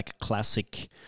classic